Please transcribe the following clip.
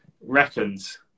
reckons